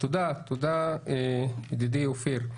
תודה, ידידי אופיר.